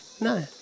No